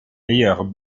meilleurs